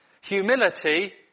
Humility